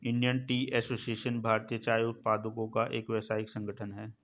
Indian Tea Association भारतीय चाय उत्पादकों का एक व्यावसायिक संगठन है